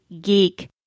geek